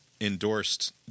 endorsed